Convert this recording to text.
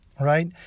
Right